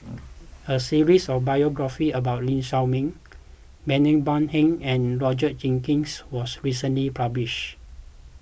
a series of biographies about Lee Shao Meng Bani Buang and Roger Jenkins was recently published